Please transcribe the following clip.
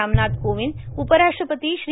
रामनाथ कोविंद उपराष्ट्रपती श्री